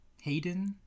Hayden